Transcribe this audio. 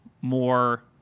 more